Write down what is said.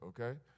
okay